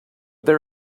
there